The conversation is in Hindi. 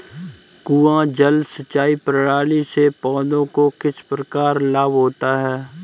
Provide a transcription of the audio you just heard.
कुआँ जल सिंचाई प्रणाली से पौधों को किस प्रकार लाभ होता है?